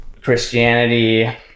christianity